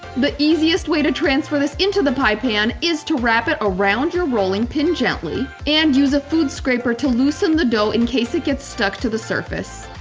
the easiest way to transfer this into the pie pan is to wrap it around your rolling pin gently and use a food scraper to loosen the dough in case it gets stuck to the surface.